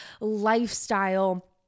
lifestyle